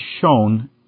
shown